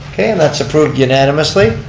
okay, and that's approved unanimously.